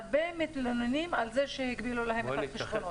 הרבה מתלוננים על זה שהגבילו להם את החשבונות.